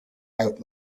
out